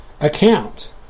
account